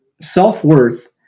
self-worth